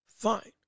Fine